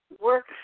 work